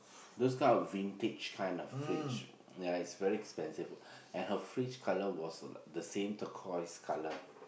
those kind of vintage kind of fridge ya it's very expensive and her fridge colour was the same turquoise colour